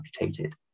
amputated